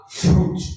fruit